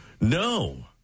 No